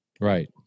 Right